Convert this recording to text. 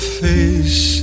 face